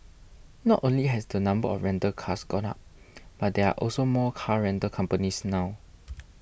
not only has the number of rental cars gone up but there are also more car rental companies now